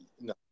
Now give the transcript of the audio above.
No